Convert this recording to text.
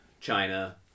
China